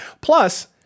Plus